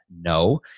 No